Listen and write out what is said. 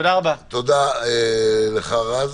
תודה לך, רז.